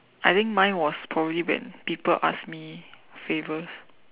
I think mine was probably when people ask me favors